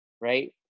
right